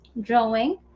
drawing